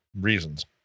reasons